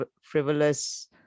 frivolous